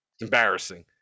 embarrassing